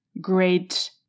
great